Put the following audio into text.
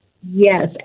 Yes